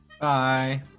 Bye